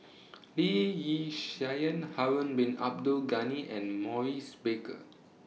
Lee Yi Shyan Harun Bin Abdul Ghani and Maurice Baker